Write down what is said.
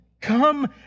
Come